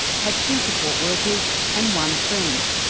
had two support workers and one friend.